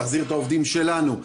להחזיר את העובדים שלנו,